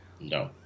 No